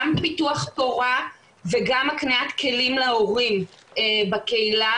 גם פיתוח תורה וגם הקניית כלים להורים בקהילה.